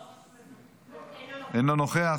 אינו נוכח,